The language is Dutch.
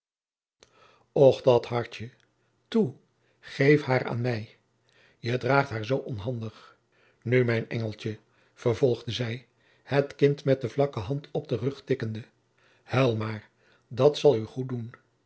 och dat hartje toe geef haar aan mij je draagt haar zoo onhandig nu mijn engeltje vervolgde zij het kind met de vlakke hand op den rug tikkende huil maar dat zal u goed doen